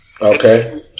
okay